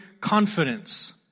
confidence